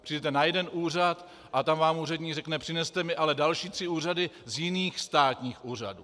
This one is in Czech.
Přijdete na jeden úřad a tam vám úředník řekne: přineste mi ale další tři doklady z jiných státních úřadů.